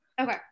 Okay